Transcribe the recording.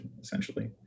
essentially